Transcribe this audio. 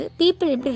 people